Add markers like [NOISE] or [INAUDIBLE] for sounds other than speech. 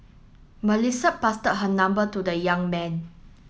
Melissa pass [UNINTELLIGIBLE] her number to the young man